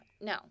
no